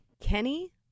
Kenny